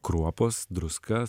kruopos druska